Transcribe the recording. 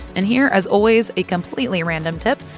and here, as always, a completely random tip,